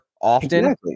often